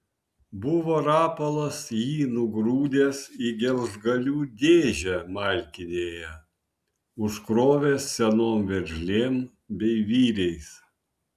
buvo rapolas jį nugrūdęs į gelžgalių dėžę malkinėje užkrovęs senom veržlėm bei vyriais